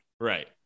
Right